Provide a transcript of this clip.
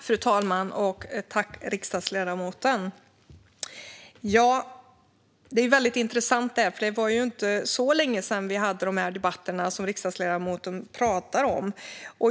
Fru talman! Det här är intressant. Det var inte så länge sedan vi hade de debatter som riksdagsledamoten pratar om.